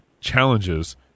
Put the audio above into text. challenges